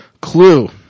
Clue